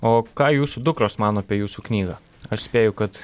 o ką jūsų dukros mano apie jūsų knygą aš spėju kad